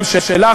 גם את שלך,